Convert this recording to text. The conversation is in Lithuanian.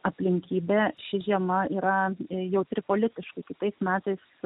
aplinkybė ši žiema yra jautri politiškai kitais metais